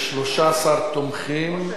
ללא מתנגדים וללא נמנעים,